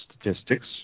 statistics